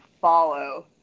follow